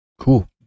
cool